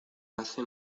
hace